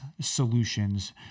solutions